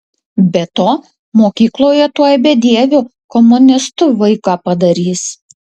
be to mokykloje tuoj bedieviu komunistu vaiką padarys